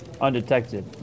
undetected